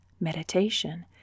meditation